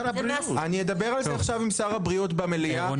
אני אדבר על זה עכשיו עם שר הבריאות במליאה,